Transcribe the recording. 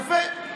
יפה.